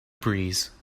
breeze